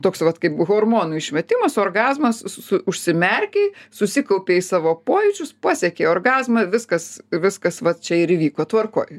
toks vat kaip hormonų išmetimas orgazmas su užsimerkei susikaupei į savo pojūčius pasiekei orgazmą viskas viskas vat čia ir įvyko tvarkoj